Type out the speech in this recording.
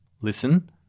listen